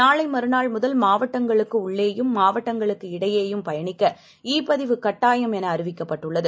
நாளைமறுநாள்முதல்மாவட்டங்களுக்குஉள்ளேயும்மாவட்டங்களுக்குஇடை யேயும்பயணிக்கஇ பதிவுகட்டாயம்எனஅறிவிக்கப்பட்டுள்ளது